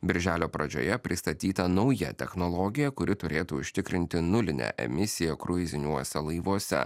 birželio pradžioje pristatyta nauja technologija kuri turėtų užtikrinti nulinę emisiją kruiziniuose laivuose